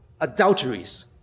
adulteries